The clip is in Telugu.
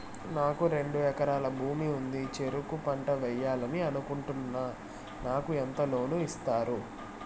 నాకు రెండు ఎకరాల భూమి ఉంది, చెరుకు పంట వేయాలని అనుకుంటున్నా, నాకు ఎంత లోను ఇస్తారు?